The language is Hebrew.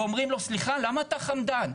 ואומרים לו 'סליחה, למה אתה חמדן?